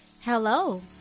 Hello